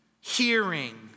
hearing